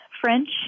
French